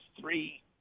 three